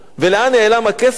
ולאן נעלם הכסף?